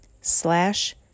slash